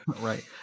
Right